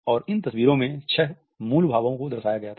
और इन तस्वीरों में छह मूल भावनाओं को दर्शाया गया था